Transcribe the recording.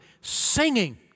singing